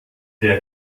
der